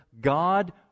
God